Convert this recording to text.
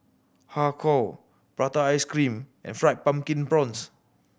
Har Kow prata ice cream and Fried Pumpkin Prawns